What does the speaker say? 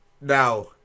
now